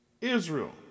Israel